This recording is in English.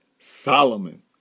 Solomon